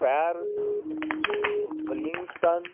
Paris Wellington